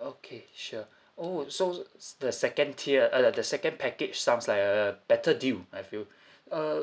okay sure oh so s~ the second tier uh the the second package sounds like a a better deal I feel uh